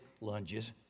lunges